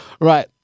Right